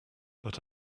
but